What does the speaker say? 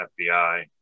FBI